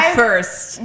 first